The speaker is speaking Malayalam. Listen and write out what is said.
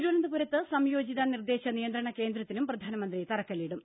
തിരുവനന്തപുരത്ത് സംയോജിത നിർദ്ദേശ നിയന്ത്രണ കേന്ദ്രത്തിനും പ്രധാനമന്ത്രി തറക്കല്പിടും